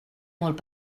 molt